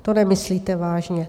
To nemyslíte vážně.